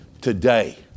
today